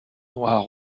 noir